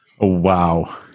Wow